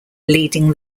leading